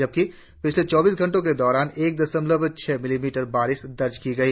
जबकि पिछले चौबीस घंटो के दौरान एक दशमलव छह मिलीमीटर बारिश दर्ज की गई